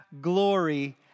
glory